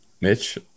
Mitch